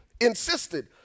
insisted